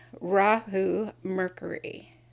Rahu-Mercury